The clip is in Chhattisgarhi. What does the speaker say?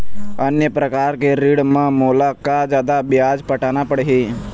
अन्य प्रकार के ऋण म मोला का जादा ब्याज पटाना पड़ही?